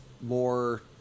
more